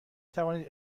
توانید